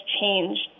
changed